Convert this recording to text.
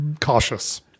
cautious